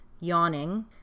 yawning